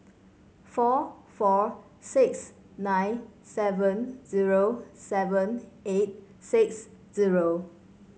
four four six nine seven zero seven eight six zero